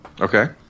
Okay